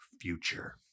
future